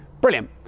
brilliant